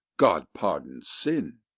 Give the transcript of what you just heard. god pardon sin!